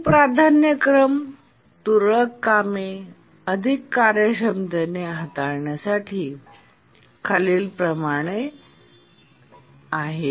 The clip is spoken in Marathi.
अधिक प्राधान्यक्रम तुरळक कामे अधिक कार्यक्षमतेने हाताळण्यासाठी खालीलप्रमाणे आहे